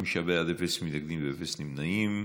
חמישה בעד, אפס מתנגדים, אפס נמנעים.